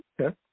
Okay